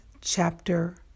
chapter